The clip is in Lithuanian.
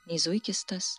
nei zuikis tas